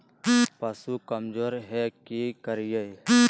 पशु कमज़ोर है कि करिये?